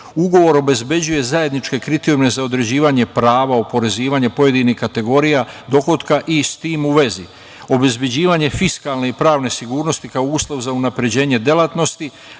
obezbeđuje zajedničke kriterijume za određivanje prava oporezivanja pojedinih kategorija dohotka i s tim u vezi obezbeđivanje fiskalne i pravne sigurnosti kao uslov za unapređenje delatnosti